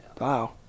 Wow